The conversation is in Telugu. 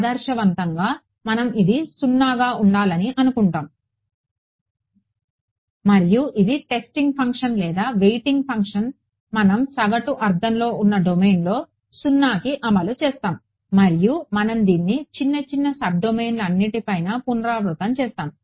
ఆదర్శవంతంగా మనం అది 0గా ఉండాలనుకుంటున్నాము మరియు ఇది టెస్టింగ్ ఫంక్షన్ లేదా వెయిటింగ్ ఫంక్షన్ మనం సగటు అర్థంలో ఉన్న డొమైన్లో 0కి అమలు చేస్తాము మరియు మనం దీన్ని చిన్న చిన్న సబ్ డొమైన్లన్నింటిపైనా పునరావృతం చేస్తాము